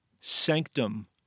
sanctum